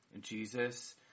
Jesus